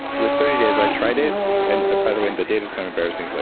with thirty days, i tried it. and by the way, the data's kind of embarrassing. so